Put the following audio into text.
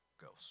Ghost